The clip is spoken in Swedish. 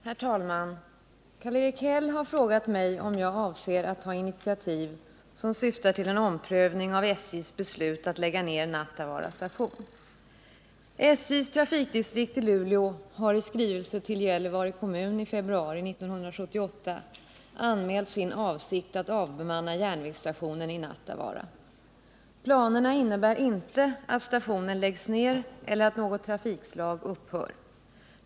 Herr talman! Karl-Erik Häll har frågat mig om jag avser att ta initiativ som syftar till en omprövning av SJ:s beslut att lägga ned Nattavaara station. SJ:s trafikdistrikt i Luleå har i skrivelse till Gällivare kommun i februari 1978 anmält sin avsikt att avbemanna järnvägsstationen i Nattavaara. Planerna innebär inte att stationen läggs ned eller att något trafikslag upphör.